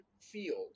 field